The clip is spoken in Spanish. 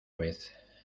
vez